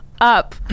up